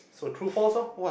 so true false ah